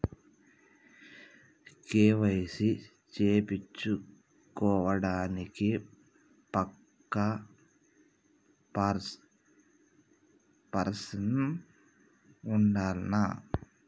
KYC చేపిచ్చుకోవడానికి పక్కా person ఉండాల్నా?